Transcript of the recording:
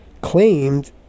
claimed